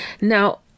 now